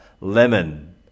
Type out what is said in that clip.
lemon